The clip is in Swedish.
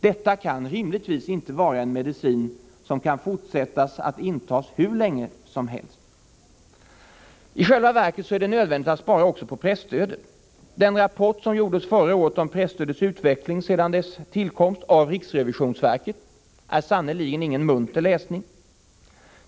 Det kan rimligtvis inte vara en medicin som kan fortsätta att intas hur länge som helst. I själva verket är det nödvändigt att spara också på presstödet. Den rapport som riksrevisionsverket förra året avgav om presstödets utveckling sedan dess tillkomst är sannerligen ingen munter läsning.